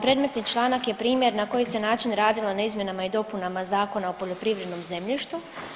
Predmetni članak je primjer na koji se način radilo na izmjenama i dopunama Zakona o poljoprivrednom zemljištu.